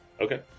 Okay